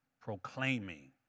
proclaiming